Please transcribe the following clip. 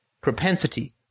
propensity